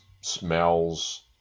smells